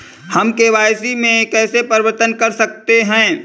हम के.वाई.सी में कैसे परिवर्तन कर सकते हैं?